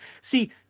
See